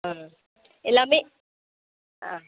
ஆ எல்லாமே ஆ